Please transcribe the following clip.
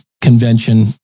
convention